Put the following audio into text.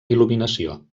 il·luminació